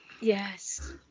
Yes